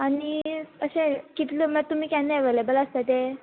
आनी अशें कितले म्हळ्यार तुमी केन्ना एवेलेबल आसता ते